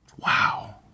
Wow